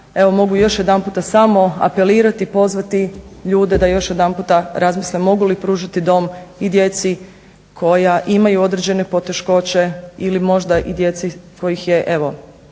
mogu još jedanputa samo apelirati, pozvati ljude da još jedanputa razmisle mogu li pružiti dom i djeci koja imaju određene poteškoće ili možda i djeci kojih je evo